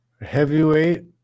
Heavyweight